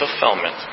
fulfillment